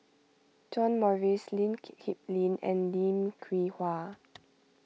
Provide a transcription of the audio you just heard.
John Morrice Lee Kip Lin and Lim Hwee Hua